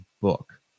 book